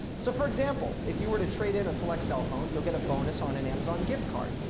so for example, if you were to trade in a select cell phone, you'll get a bonus on an amazon gift card.